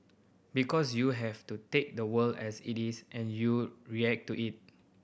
because you have to take the world as it is and you react to it